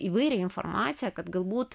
įvairią informaciją kad galbūt